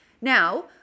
Now